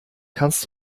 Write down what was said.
kannst